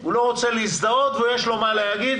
הוא לא רוצה להזדהות ויש לו מה להגיד.